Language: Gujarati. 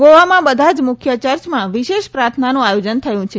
ગોવામાં બધા જ મુખ્ય ચર્ચમાં વિશેષ પ્રાર્થનાનું આયોજન થયું છે